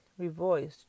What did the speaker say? revoiced